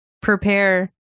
prepare